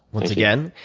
once again.